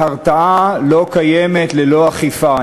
והרתעה לא קיימת ללא אכיפה.